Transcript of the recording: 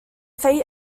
fate